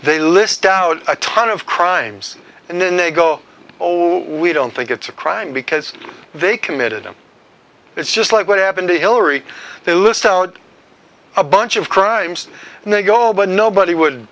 they list out a ton of crimes and then they go oh we don't think it's a crime because they committed and it's just like what happened to hillary they list out a bunch of crimes and they go but nobody would